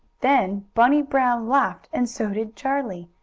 then bunny brown laughed, and so did charlie.